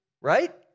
Right